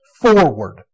forward